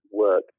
work